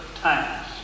times